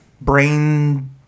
Brain